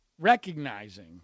recognizing